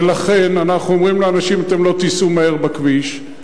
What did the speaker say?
ולכן אנחנו אומרים לאנשים: אתם לא תיסעו מהר בכביש,